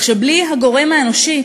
כך שבלי הגורם האנושי,